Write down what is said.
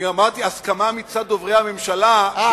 אני אמרתי, הסכמה מצד דוברי הממשלה.